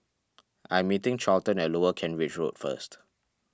I am meeting Charlton at Lower Kent Ridge Road first